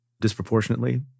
disproportionately